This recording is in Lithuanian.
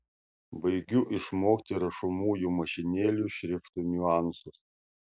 baigiu išmokti rašomųjų mašinėlių šriftų niuansus